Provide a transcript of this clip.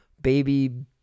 baby